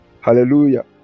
Hallelujah